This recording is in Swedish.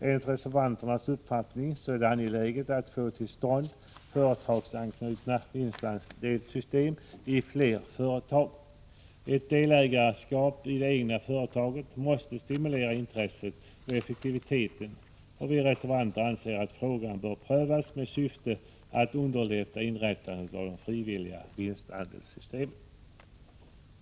Enligt reservanternas uppfattning är det angeläget att få till stånd företagsanknutna vinstandelssystem i fler företag. Ett delägarskap i det egna företaget måste stimulera intresset och effektiviteten, och vi reservanter anser att frågan bör prövas med syfte att underlätta inrättande av frivilliga vinstandelssystem.